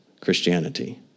Christianity